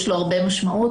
יש לו הרבה משמעות,